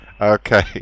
Okay